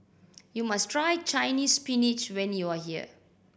you must try Chinese Spinach when you are here